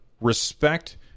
respect